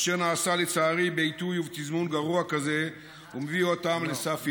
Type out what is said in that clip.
אשר נעשה לצערי בעיתוי ובתזמון גרוע כזה ומביא אותם לסף ייאוש.